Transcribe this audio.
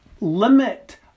limit